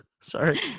Sorry